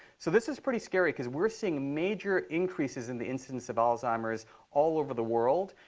so this is pretty scary because we're seeing major increases in the incidence of alzheimer's all over the world.